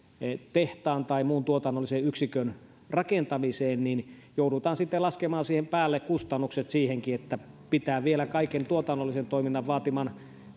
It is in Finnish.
tehtaan tai muun tuotannollisen yksikön rakentamiseen joudutaan sitten laskemaan siihen päälle kustannukset siihenkin että pitää vielä kaiken tuotannollisen toiminnan vaatimien